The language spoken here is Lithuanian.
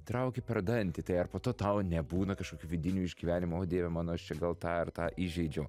trauki per dantį tai ar po to tau nebūna kažkokių vidinių išgyvenimų o dieve mano aš čia gal tą ar tą įžeidžiau